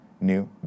new